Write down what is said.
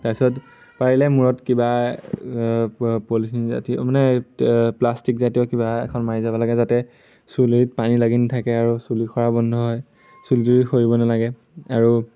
তাৰপিছত পাৰিলে মূৰত কিবা পলিথিন জাতীয় মানে প্লাষ্টিক জাতীয় কিবা এখন মাৰি যাব লাগে যাতে চুলিত পানী লাগি নাথাকে আৰু চুলি সৰা বন্ধ হয় চুলিটো সৰিব নালাগে আৰু